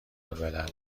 الملل